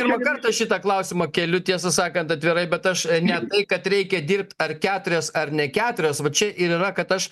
pirmą kartą šitą klausimą keliu tiesą sakant atvirai bet aš ne tai kad reikia dirbt ar keturias ar ne keturias va čia ir yra kad aš